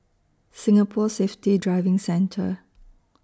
Singapore Safety Driving Centre